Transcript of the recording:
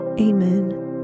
Amen